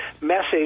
message